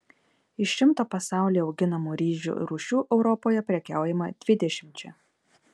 iš šimto pasaulyje auginamų ryžių rūšių europoje prekiaujama dvidešimčia